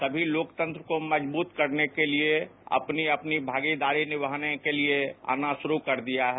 सभी लोकतंत्र को मजबूत करने के लिए अपनी अपनी भागीदारी निभाने के लिए आना शुरू कर दिया है